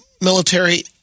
military